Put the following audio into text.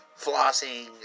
flossing